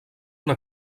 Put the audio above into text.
una